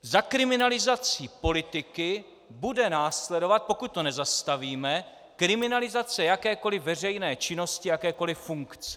Za kriminalizací politiky bude následovat, pokud to nezastavíme, kriminalizace jakékoliv veřejné činnosti, jakékoliv funkce.